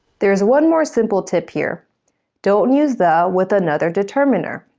there's one more simple tip here don't use the with another determiner.